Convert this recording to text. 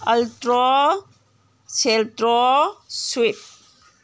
ꯑꯜꯇ꯭ꯔꯣ ꯁꯦꯜꯇ꯭ꯔꯣ ꯁ꯭ꯋꯤꯐ